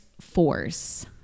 force